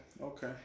Okay